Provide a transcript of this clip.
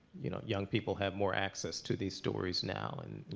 you know, young people have more access to these stories now and,